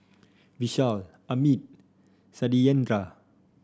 Vishal Amit Satyendra